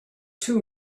two